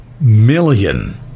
million